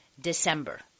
December